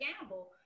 gamble